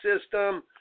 system